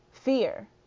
Fear